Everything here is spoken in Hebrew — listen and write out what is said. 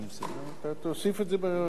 תוסיף את זה בהודעה שלך.